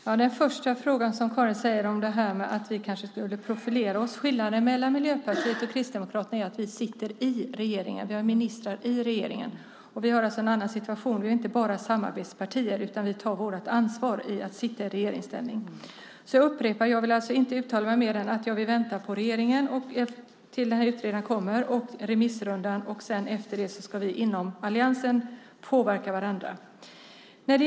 Fru talman! Den första frågan handlade om att vi kanske borde profilera oss. Skillnaden mellan Miljöpartiet och Kristdemokraterna är att vi sitter i regeringen, vi har ministrar i regeringen. Vi har alltså en annan situation, vi är inte bara samarbetspartier, utan vi tar vårt ansvar i regeringsställning. Jag upprepar att jag inte vill uttala mig mer än att vi väntar tills utredningen kommer och vi har haft remissrundan. Efter det ska vi inom alliansen påverka varandra.